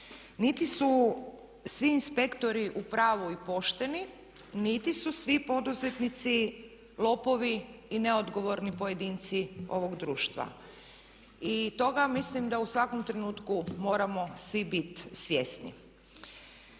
Niti su svi inspektori u pravu i pošteni niti su svi poduzetnici lopovi i neodgovorni pojedinci ovog društva. I toga mislim da u svakom trenutku moramo svi biti svjesni.